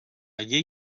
llei